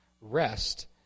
Rest